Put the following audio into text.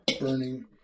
burning